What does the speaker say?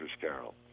Carol